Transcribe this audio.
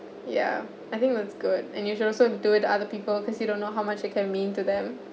ya I think that's good and you should also do it to other people cause you don't know how much that can mean to them